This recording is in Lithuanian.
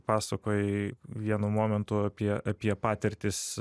pasakojai vienu momentu apie apie patirtis